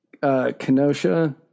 Kenosha